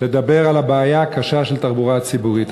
לדבר על הבעיה הקשה של התחבורה הציבורית.